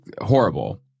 horrible